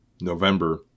November